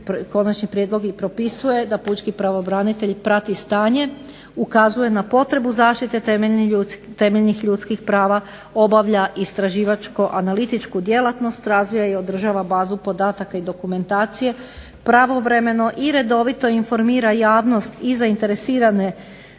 Konačni prijedlog i propisuje da pučki pravobranitelj prati stanje, ukazuje na potrebu zaštite temeljnih ljudskih prava, obavlja istraživačko-analitičku djelatnost, razvija i održava bazu podataka i dokumentacije pravovremeno i redovito informira javnost, i zainteresirane